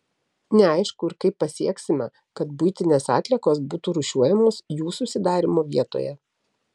neaišku ir kaip pasieksime kad buitinės atliekos būtų rūšiuojamos jų susidarymo vietoje